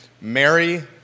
Mary